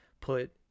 put